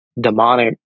demonic